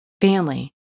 family